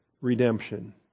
redemption